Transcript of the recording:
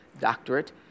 doctorate